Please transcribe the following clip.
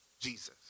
Jesus